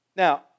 Now